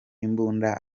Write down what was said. imbunda